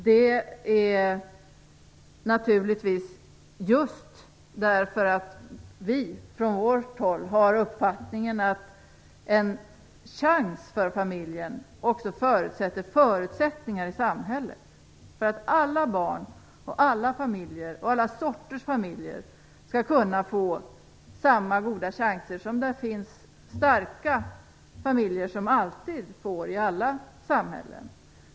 Det är naturligtvis just därför som vi har den uppfattningen att en chans för familjen också förutsätter förutsättningar i samhället för att alla barn, alla familjer och alla sorters familjer skall kunna få samma goda chanser som de starka familjerna alltid får i alla samhällen.